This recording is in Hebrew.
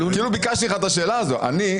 אני,